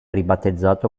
ribattezzato